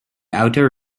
outer